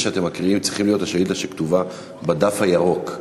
שאתם מקריאים צריכה להיות כתובה בדף הירוק.